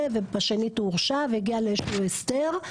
ובשנית הוא הורשע והגיע לאיזה שהוא הסדר,